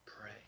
pray